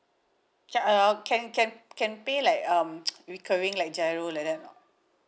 che~ err can can can pay like um recurring like G_I_R_O like that or not